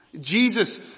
Jesus